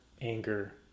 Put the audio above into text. anger